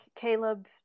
Caleb